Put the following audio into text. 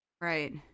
Right